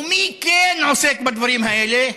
ומי כן עוסק בדברים האלה?